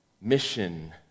mission